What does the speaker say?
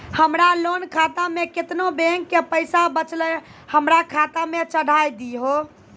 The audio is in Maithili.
हमरा लोन खाता मे केतना बैंक के पैसा बचलै हमरा खाता मे चढ़ाय दिहो?